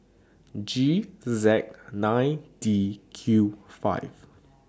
G Z nine D Q five